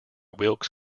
wilkes